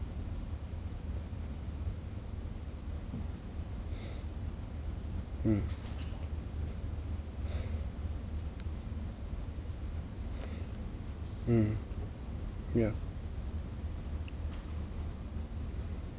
mm mm yeah